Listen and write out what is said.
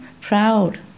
Proud